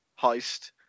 heist